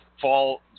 fall